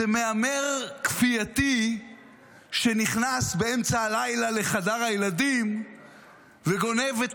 זה מהמר כפייתי שנכנס באמצע הלילה לחדר הילדים וגונב את